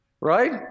right